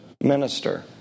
minister